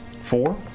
Four